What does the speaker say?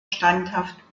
standhaft